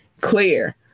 Clear